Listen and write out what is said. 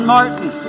Martin